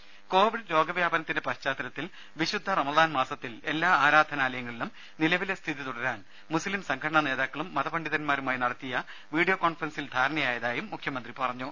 രുമ കോവിഡ് രോഗവ്യാപനത്തിന്റെ പശ്ചാത്തലത്തിൽ വിശുദ്ധ റംസാൻ മാസത്തിൽ എല്ലാ ആരാധനാലയങ്ങളിലും നിലവിലെ സ്ഥിതി തുടരാൻ മുസ്ലീം സംഘടനാ നേതാക്കളും മതപണ്ഡിതൻമാരുമായും നടത്തിയ വീഡിയോ കോൺഫറൻസിൽ ധാരണയായതായി മുഖ്യമന്ത്രി പറഞ്ഞു